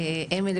אמילי,